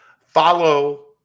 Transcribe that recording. Follow